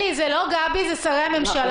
אלי, זאת לא גבי, זה שרי הממשלה.